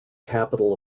capital